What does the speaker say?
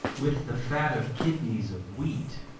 with the fat of kidneys of wheat